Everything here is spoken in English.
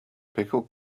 pickled